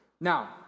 Now